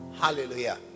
hallelujah